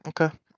Okay